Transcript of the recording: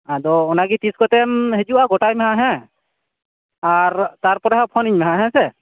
ᱟᱫᱚ ᱚᱱᱟ ᱜᱤ ᱛᱤᱥ ᱠᱚᱛᱮᱢᱻ ᱦᱤᱡᱩᱜᱼᱟ ᱜᱚᱴᱟᱭ ᱢᱮ ᱦᱟᱸᱜ ᱦᱮᱸ ᱟᱨ ᱛᱟᱨᱯᱚᱨᱮ ᱦᱟᱸᱜ ᱯᱷᱚᱱᱟ ᱧ ᱢᱮ ᱦᱟᱸᱜ ᱦᱮᱸ ᱥᱮ